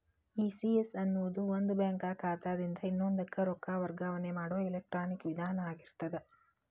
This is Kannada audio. ಇ.ಸಿ.ಎಸ್ ಅನ್ನೊದು ಒಂದ ಬ್ಯಾಂಕ್ ಖಾತಾದಿನ್ದ ಇನ್ನೊಂದಕ್ಕ ರೊಕ್ಕ ವರ್ಗಾವಣೆ ಮಾಡೊ ಎಲೆಕ್ಟ್ರಾನಿಕ್ ವಿಧಾನ ಆಗಿರ್ತದ